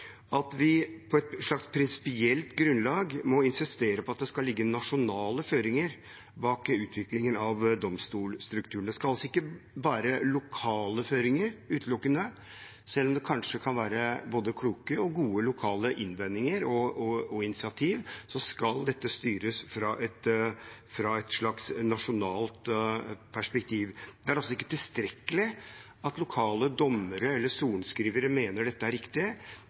skal ligge nasjonale føringer bak utviklingen av domstolstrukturen. Det skal altså ikke være bare lokale føringer. Selv om det kanskje kan være både kloke og gode lokale innvendinger og initiativ, skal dette styres fra et slags nasjonalt perspektiv. Det er altså ikke tilstrekkelig at lokale dommere eller sorenskrivere mener dette er riktig.